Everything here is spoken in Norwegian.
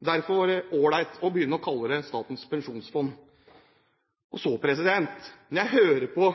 Derfor var det ålreit å begynne å kalle det Statens pensjonsfond. Når jeg hører på